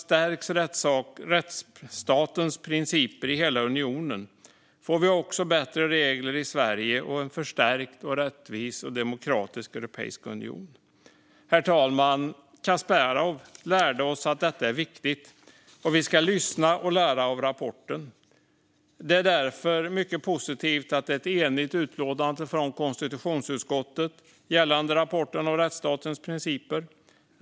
Stärks rättsstatens principer i hela unionen får vi nämligen såväl bättre regler i Sverige som en förstärkt, rättvis och demokratisk europeisk union. Herr talman! Kasparov lärde oss att detta är viktigt, och vi ska lyssna och lära av rapporten. Det är därför mycket positivt att det är ett enigt utlåtande från KU gällande rapporten om rättsstatens principer.